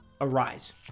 arise